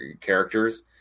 characters